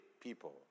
people